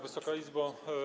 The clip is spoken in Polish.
Wysoka Izbo!